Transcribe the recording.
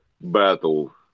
battle